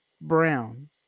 Brown